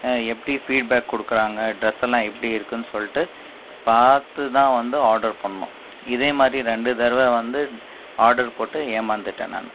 எப்படி ஃபீட்பேக் கொடுக்குறாங்க ட்ரெஸ் எல்லாம் எப்படி இருக்குன்னு சொல்லிட்டு பார்த்துதான் வந்து ஆர்டர் பண்ணணும் இதேமாதிரி ரெண்டு தடவை வந்து ஆர்டர் போட்டு ஏமாந்துவிட்டேன் நான்